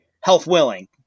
health-willing